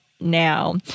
now